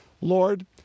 Lord